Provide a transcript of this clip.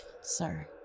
sir